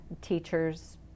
teachers